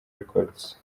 records